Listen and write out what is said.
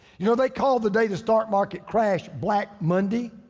you know they call the day the stock market crashed black monday.